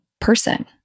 person